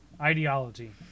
Ideology